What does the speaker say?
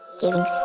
giving